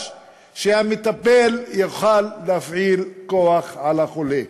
שהמטפל יוכל להפעיל כוח על החולה,